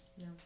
No